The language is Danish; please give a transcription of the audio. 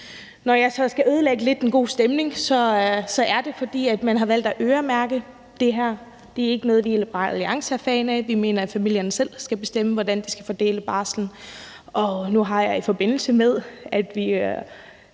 Når jeg så skal ødelægge den gode stemning lidt, er det, fordi man har valgt at øremærke det her. Det er ikke noget, vi i Liberal Alliance er fan af; vi mener, at familierne selv skal bestemme, hvordan de skal fordele barslen. Nu fandt jeg også i forbindelse med alle